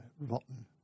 rotten